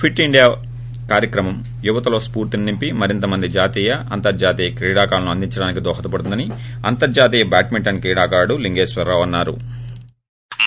fit India కార్యక్రమం యువతలో స్పూర్తిని నింపి జాతీయ అంతర్జాతీయ క్రీడాకారులను మరింతమంది అందించడానికి దోహదపడుతుందని అంతర్హాతీయ బాడ్మింటన్ క్రీడాకారుడు లింగేశ్వరరావు అన్నారు